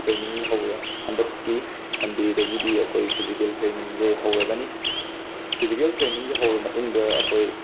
training ꯍꯧꯔꯦ ꯍꯟꯗꯛꯀꯤ ꯁꯟꯗꯦꯗꯒꯤꯗꯤ ꯑꯩꯈꯣꯏ ꯐꯤꯖꯤꯀꯦꯜ ꯇ꯭ꯔꯦꯅꯤꯡꯁꯦ ꯍꯧꯔꯒꯅꯤ ꯐꯤꯖꯤꯀꯦꯜ ꯇ꯭ꯔꯦꯅꯤꯡꯁꯦ ꯍꯧꯔ ꯃꯇꯨꯡꯗ ꯑꯩꯈꯣꯏ